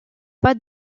pas